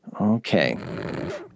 Okay